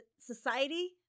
society